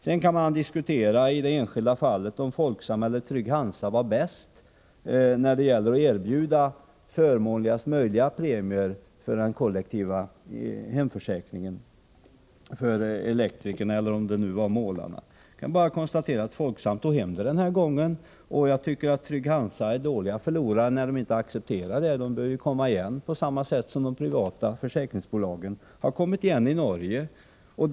Man kan sedan diskutera om Folksam eller Trygg-Hansa var bäst när det gällde att erbjuda förmånligast möjliga premier för den kollektiva hemförsäkringen för elektrikerna, eller om det var för målarna. Jag kan bara konstatera att Folksam tog hem segern den här gången. Jag tycker att Trygg-Hansa är dåliga förlorare när man inte accepterar det. Bolaget bör komma igen på samma sätt som de privata försäkringsbolagen i Norge har gjort.